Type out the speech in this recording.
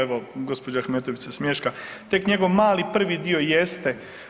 Evo gospođa Ahmetović se smješka, tek njegov mali prvi dio jeste.